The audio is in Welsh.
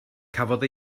cafodd